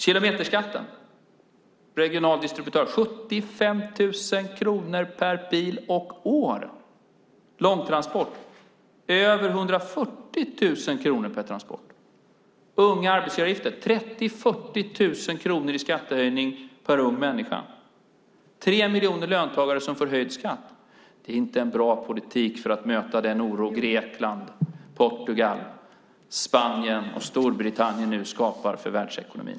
Kilometerskatt och regional distributör - 75 000 kronor per bil och år. Långtransporter - över 140 000 kronor per transport. Ungas arbetsgivaravgifter - 30 000-40 000 kronor i skattehöjning per ung människa. Tre miljoner löntagare får höjd skatt. Det är inte en bra politik för att möta den oro Grekland, Portugal, Spanien och Storbritannien nu skapar i världsekonomin.